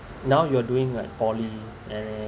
now you are doing like poly and